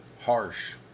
harsh